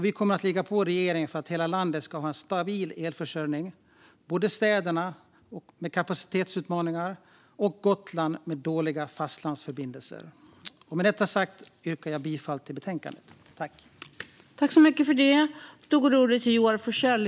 Vi kommer att ligga på regeringen för att hela landet ska ha en stabil elförsörjning, både städerna med kapacitetsutmaningar och Gotland med dåliga fastlandsförbindelser. Med detta sagt yrkar jag bifall till utskottets förslag.